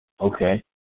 Okay